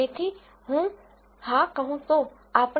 તેથી હું હા કહું તો આપણે 0